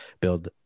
build